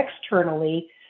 externally